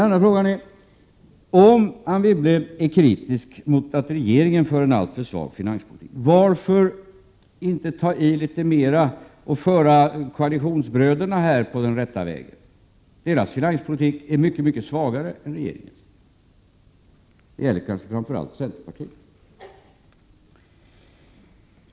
Vidare: Om Anne Wibble är kritisk mot att regeringen för en alltför svag finanspolitik, varför inte ta i litet mera och föra koalitionsbröderna här in på den rätta vägen? Deras finanspolitik är oerhört mycket svagare än regeringens. Det gäller kanske framför allt centerpartiets.